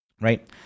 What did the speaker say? Right